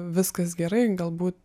viskas gerai galbūt